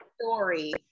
story